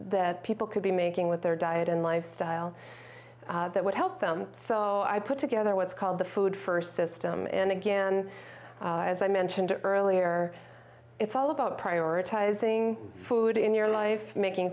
that people could be making with their diet and lifestyle that would help them so i put together what's called the food first system and again as i mentioned earlier it's all about prioritizing food in your life making